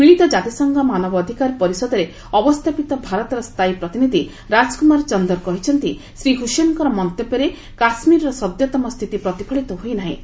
ମିଳିତ ଜାତିସଂଘ ମାନବ ଅଧିକାର ପରିଷଦରେ ଅବସ୍ଥାପିତ ଭାରତର ସ୍ଥାୟୀ ପ୍ରତିନିଧି ରାଜ୍କୁମାର ଚନ୍ଦର କହିଛନ୍ତି ଶ୍ରୀ ହୁସେନଙ୍କର ମନ୍ତବ୍ୟରେ କାଶ୍ମୀରର ସଦ୍ୟତମ ସ୍ଥିତି ପ୍ରତିଫଳିତ ହୋଇନାହିଁ